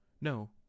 No